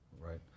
right